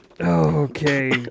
okay